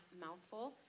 mouthful